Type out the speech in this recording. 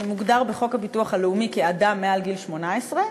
שמוגדר בחוק הביטוח הלאומי כאדם מעל גיל 18,